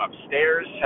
upstairs